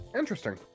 interesting